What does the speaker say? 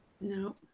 No